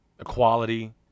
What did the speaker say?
equality